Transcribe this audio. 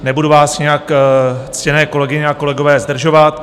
Nebudu vás nějak, ctěné kolegyně a kolegové, zdržovat.